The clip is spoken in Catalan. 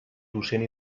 docent